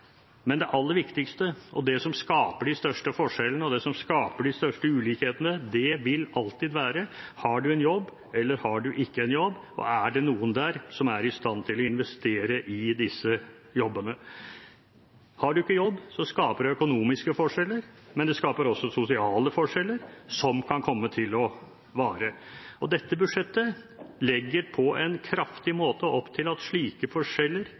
men det aller viktigste, og det som skaper de største forskjellene, de største ulikhetene, vil alltid være: Har man en jobb, eller har man ikke en jobb, og er det noen som er i stand til å investere i disse jobbene? Har man ikke jobb, så skaper det økonomiske forskjeller, men det skaper også sosiale forskjeller som kan komme til å vare. Dette budsjettet legger på en kraftig måte opp til at slike forskjeller